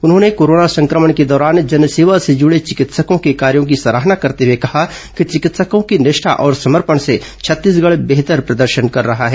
उन्होंने कोरोना संक्रमण के दौरान जनसेवा से जूड़े चिकित्सकों के कार्यों की सराहना करते हुए कहा कि चिकित्सकों की निष्ठा और समर्पण से छत्तीसगढ बेहतर प्रदर्शन कर रहा है